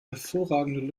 hervorragenden